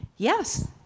Yes